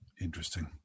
Interesting